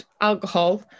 alcohol